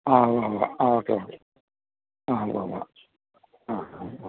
ആ ഊവ്വുവ്വ് ആ ഓക്കെ ഓക്കെ ആ ഊവ്വുവ്വ് ആ ആ